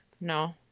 No